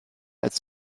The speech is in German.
als